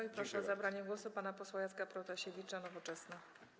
I proszę o zabranie głosu pana posła Jacka Protasiewicza, klub Nowoczesna.